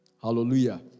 Hallelujah